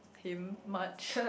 him much